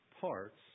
parts